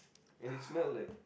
and it's smell like